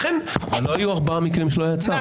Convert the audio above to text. לא היו ארבעה מקרים שלא היה צו.